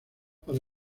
para